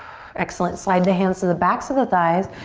excellent. slide the hands to the backs of the thighs.